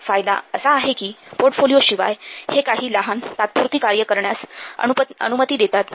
फायदा असा आहे कि पोर्टफोलिओ शिवाय हे काही लहान तात्पुरती कार्य करण्यास अनुमती देतात